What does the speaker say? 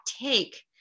take